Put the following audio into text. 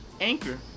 Anchor